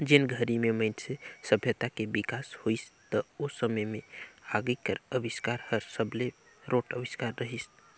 जेन घरी में मइनसे सभ्यता के बिकास होइस त ओ समे में आगी कर अबिस्कार हर सबले रोंट अविस्कार रहीस